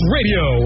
Radio